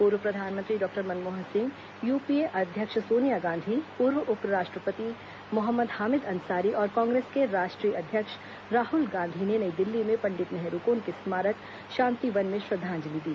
पूर्व प्रधानमंत्री doctor Manmohan Singh UPA अध्यक्ष सोनिया गांधी पूर्व उप राष्ट्रपति मोहम्मद हामिद अंसारी और कांग्रेस के राष्ट्रीय अध्यक्ष राहुल गांधी ने नई दिल्ली में पंडित नेहरू को उनके स्मारक शांतिवन में श्रद्वांजलि दी